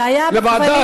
זה היה בכבלים.